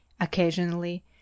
Occasionally